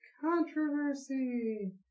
Controversy